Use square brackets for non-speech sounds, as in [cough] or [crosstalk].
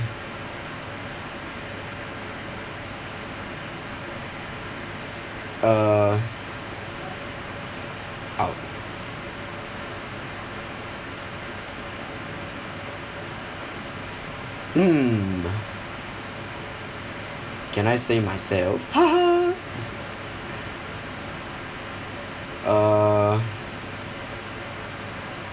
uh um mm can I say myself [laughs] uh